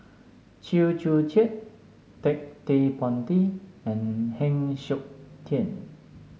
Chew Joo Chiat Ted De Ponti and Heng Siok Tian